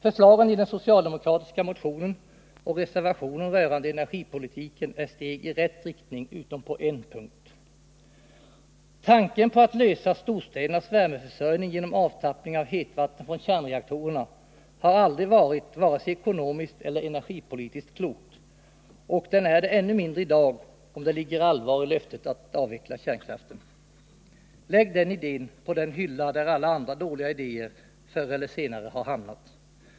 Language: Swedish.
Förslagen i den socialdemokratiska motionen och reservationen rörande energipolitiken är steg i rätt riktning utom på en punkt. Tanken på att lösa storstädernas värmeförsörjning genom avtappning av hetvatten från kärnreaktorerna har aldrig varit vare sig ekonomiskt eller energipolitiskt klok, och den är det ännu mindre i dag, om det ligger allvar i löftet att avveckla kärnkraften. Lägg den idén på den hylla där alla andra dåliga idéer förr eller senare har hamnat!